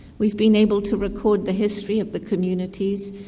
we've been able to record the history of the communities,